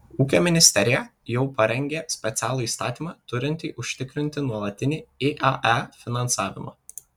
ūkio ministerija jau parengė specialų įstatymą turintį užtikrinti nuolatinį iae finansavimą